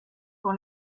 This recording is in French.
pour